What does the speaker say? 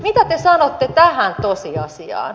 mitä te sanotte tähän tosiasiaan